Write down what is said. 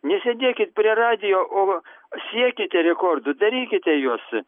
nesėdėkit prie radijo o siekite rekordų darykite juos